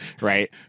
Right